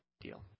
deal